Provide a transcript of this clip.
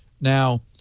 Now